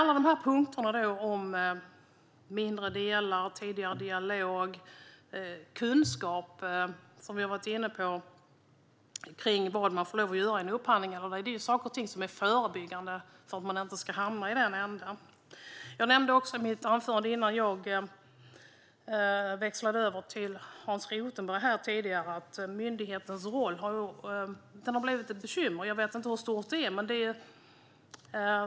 Alla dessa punkter om mindre delar, tidigare dialog och kunskap som vi har varit inne på i fråga om vad man får lov att göra i en upphandling är ju sådant som är förebyggande för att man inte ska hamna i den änden. Jag nämnde i mitt förra anförande, innan jag lämnade över till Hans Rothenberg, att myndighetens roll har blivit ett bekymmer. Jag vet inte hur stort det är.